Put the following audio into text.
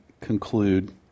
conclude